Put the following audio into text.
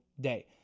day